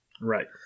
right